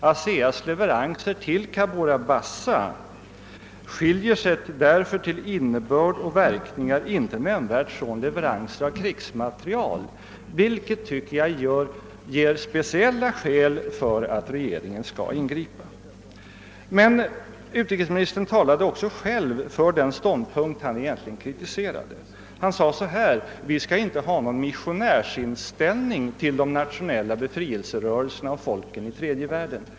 ASEA:s leveranser till Cabora Bassa skiljer sig därför till innebörd och verkningar inte nämnvärt från leveranser av krigsmateriel, vilket enligt min mening är ett speciellt skäl för att regeringen skall ingripa. Men utrikesministern talade också själv för den ståndpunkt han kritiserat. Han sade att vi inte skall ha någon missionärsinställning till de nationella frihetsrörelserna och folken i tredje världen.